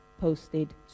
posted